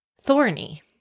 thorny